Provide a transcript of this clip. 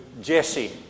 Jesse